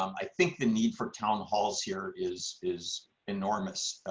um i think the need for town halls here is is enormous.